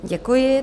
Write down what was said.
Děkuji.